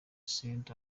saint